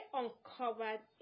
uncovered